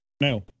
Now